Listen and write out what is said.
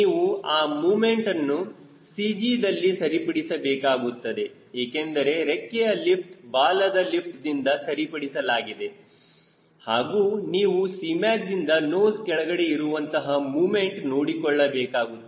ನೀವು ಆ ಮೊಮೆಂಟ್ಅನ್ನು CG ದಲ್ಲಿ ಸರಿಪಡಿಸಬೇಕಾಗುತ್ತದೆ ಏಕೆಂದರೆ ರೆಕ್ಕೆಯ ಲಿಫ್ಟ್ ಬಾಲದ ಲಿಫ್ಟ್ದಿಂದ ಸರಿಪಡಿಸಲಾಗಿದೆ ಹಾಗೂ ನೀವು Cmacದಿಂದ ನೋಸ್ ಕೆಳಗಡೆ ಇರುವಂತಹ ಮೊಮೆಂಟ್ ನೋಡಿಕೊಳ್ಳಬೇಕಾಗುತ್ತದೆ